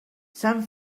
sant